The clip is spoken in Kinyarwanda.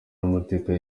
n’amateka